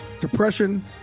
Depression